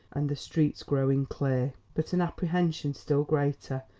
and the streets growing clear. but an apprehension still greater,